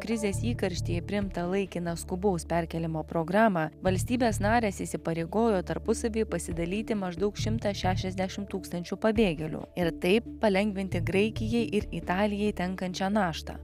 krizės įkarštyje priimtą laikiną skubaus perkėlimo programą valstybės narės įsipareigojo tarpusavy pasidalyti maždaug šimtą šešiasdešimt tūkstančių pabėgėlių ir taip palengvinti graikijai ir italijai tenkančią naštą